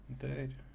Indeed